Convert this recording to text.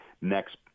next